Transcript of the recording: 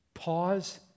Pause